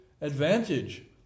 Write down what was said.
advantage